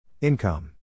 Income